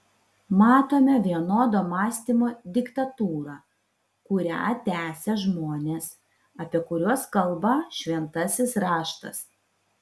matome vienodo mąstymo diktatūrą kurią tęsia žmonės apie kuriuos kalba šventasis raštas